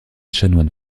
chanoine